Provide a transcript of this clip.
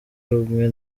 rumwe